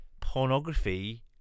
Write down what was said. pornography